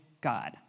God